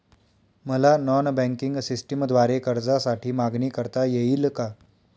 मला non banking सिस्टमद्वारे कर्जासाठी मागणी करता येईल का?